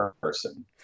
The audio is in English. person